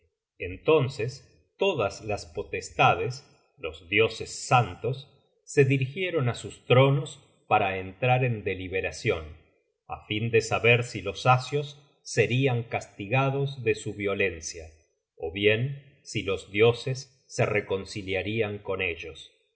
entonces todas las potestades los dioses santos se dirigieron á sus tronos para entrar en deliberacion á fin de saber si los asios serian castigados de su violencia ó bien si los dioses se reconciliarian con ellos